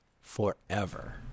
forever